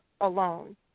alone